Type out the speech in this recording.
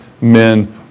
men